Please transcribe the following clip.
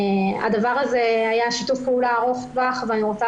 הדבר הזה היה שיתוף פעולה ארוך טווח ואני רוצה